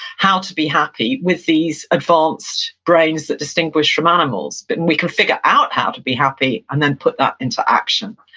how to be happy, with these advanced brains that distinguish us from animals. but and we can figure out how to be happy, and then put that into action.